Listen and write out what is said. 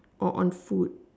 or on food